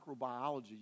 microbiology